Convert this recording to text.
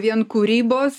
vien kūrybos